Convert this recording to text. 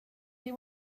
they